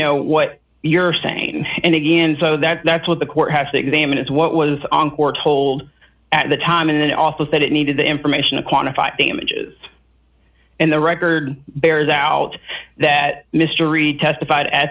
know what you're saying and again so that that's what the court has to examine is what was on board told at the time and then also said it needed the information to quantify damages and the record bears out that mystery testif